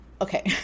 Okay